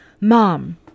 Mom